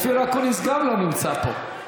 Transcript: אופיר אקוניס גם לא נמצא פה.